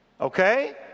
Okay